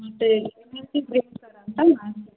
ಮತ್ತೇ healthy break ಅಂತಾನು